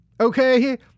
Okay